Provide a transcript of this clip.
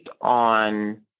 on